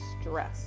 stress